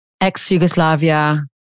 ex-Yugoslavia